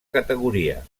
categoria